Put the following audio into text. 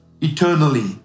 eternally